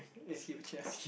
it's huge ya